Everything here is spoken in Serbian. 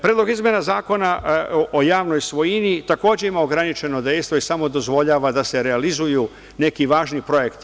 Predlog izmena Zakona o javnoj svojini takođe ima ograničeno dejstvo i samo dozvoljava da se realizuju neki važni projekti.